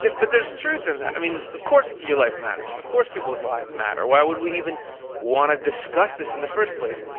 but there's truth in that, i mean, of course your life matters. of course people's lives matter. why would we even want to discuss this in the first place?